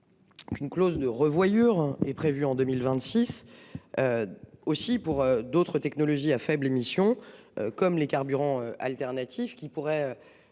Qu'une clause de revoyure est prévue en 2026. Aussi pour d'autres technologies à faibles émissions comme les carburants alternatifs qui pourrait.